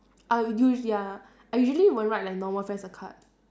I u~ ya I usually won't write like normal friends a card